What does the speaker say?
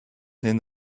den